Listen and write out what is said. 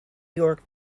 york